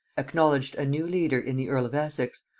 acknowledged a new leader in the earl of essex,